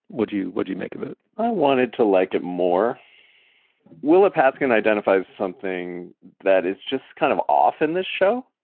would you? what do you make of it? i wanted to like it more willa paskin identifies something that is just kind of off in this show.